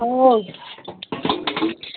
ꯑꯣ